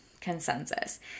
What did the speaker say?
consensus